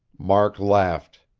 mark laughed.